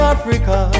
Africa